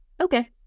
okay